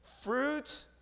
Fruit